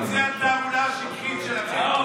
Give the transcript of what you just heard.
יש סיבה, בוא נדבר על זה.